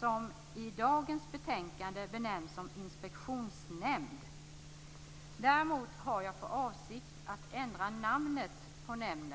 som i dagens betänkande benämns inspektionsnämnd. Jag har dock för avsikt att ändra dess namn.